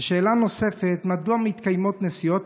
ושאלה נוספת: מדוע מתקיימות נסיעות